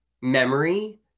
memory